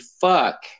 fuck